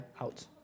out